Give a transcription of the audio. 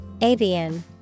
Avian